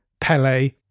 Pele